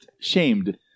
shamed